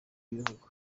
y’ibihugu